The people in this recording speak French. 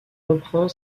reprend